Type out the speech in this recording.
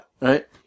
Right